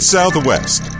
Southwest